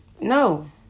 no